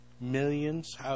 millions